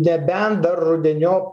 nebent dar rudeniop